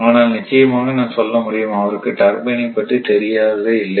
ஆனால் நிச்சயமாக நான் சொல்ல முடியும் அவருக்கு டர்பைன் ஐ பற்றித் தெரியாததே இல்லை